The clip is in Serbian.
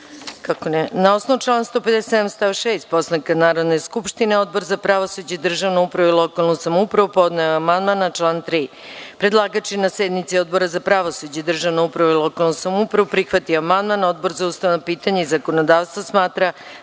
Zahvaljujem. Na osnovu člana 157. stav 6 Poslovnika Narodne skupštine Odbor za pravosuđe, državnu upravu i lokalnu samoupravu podneo je amandman na član 3.Predlagač je na sednici Odbor za pravosuđe, državnu upravu i lokalnu samoupravu prihvatio amandman. Odbor za ustavna pitanja i zakonodavstvo smatra